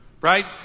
Right